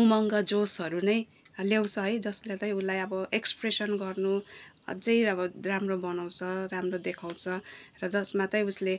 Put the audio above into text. उमङ्ग जोसहरू नै ल्याउँछ है जसले चाहिँ उसलाई अब एक्सप्रेसन गर्नु अझै अब राम्रो बनाउँछ राम्रो देखाउँछ र जसमा चाहिँ उसले